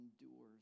endures